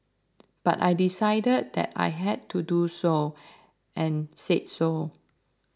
but I decided that I had to do so and said so